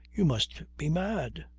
you must be mad!